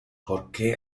porqué